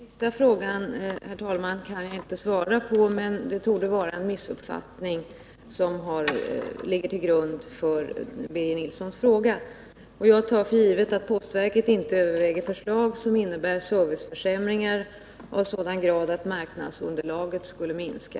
Herr talman! Jag kan inte kommentera det sista spörsmålet, men det torde vara en missuppfattning som ligger till grund för Birger Nilssons fråga. Jag tar för givet att postverket inte överväger förslag som innebär serviceförsämringar av sådan art att marknadsunderlaget skulle minska.